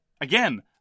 again